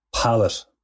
palette